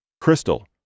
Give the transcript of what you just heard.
Crystal